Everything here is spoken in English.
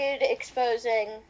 exposing